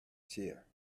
chair